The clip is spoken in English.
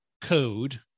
code